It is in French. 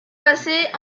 passé